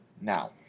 now